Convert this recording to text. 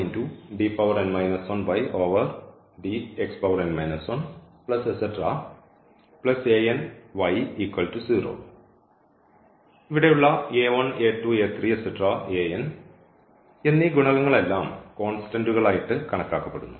ഇവിടെയുള്ള എന്നീ ഗുണകങ്ങൾ എല്ലാം കോൺസ്റ്റന്റ്കൾ ആയിട്ട് കണക്കാക്കപ്പെടുന്നു